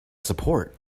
support